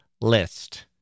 list